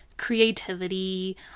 Creativity